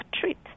treat